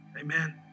Amen